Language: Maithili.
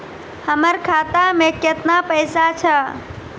हमर खाता मैं केतना पैसा छह?